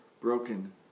broken